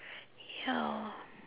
ya